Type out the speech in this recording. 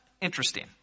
interesting